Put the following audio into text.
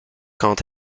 quant